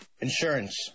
Insurance